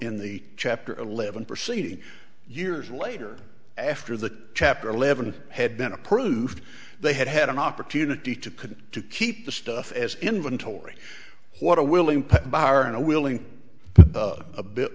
in the chapter eleven proceeding years later after the chapter eleven had been approved they had had an opportunity to could to keep the stuff as inventory what a willing buyer and a willing a bit